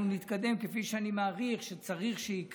אנחנו נתקדם, כפי שאני מעריך שצריך שיקרה,